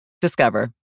Discover